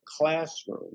classroom